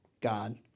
God